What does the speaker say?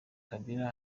kabila